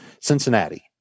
Cincinnati